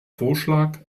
vorschlag